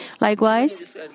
Likewise